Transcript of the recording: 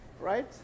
right